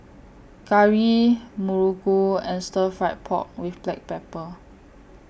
Curry Muruku and Stir Fry Pork with Black Pepper